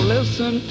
Listen